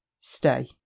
Stay